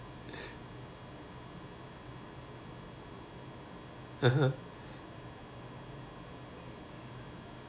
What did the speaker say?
(uh huh)